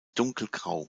dunkelgrau